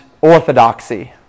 orthodoxy